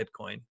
Bitcoin